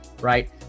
right